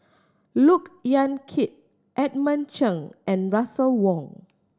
Look Yan Kit Edmund Cheng and Russel Wong